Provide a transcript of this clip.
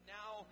now